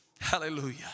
hallelujah